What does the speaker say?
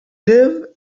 live